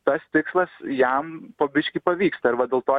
tas tikslas jam po biškį pavyksta ir va dėl to